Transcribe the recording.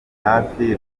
hafi